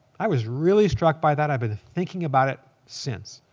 i was really struck by that. i've been thinking about it since.